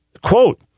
quote